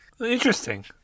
Interesting